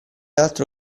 altro